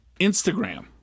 instagram